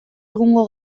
egungo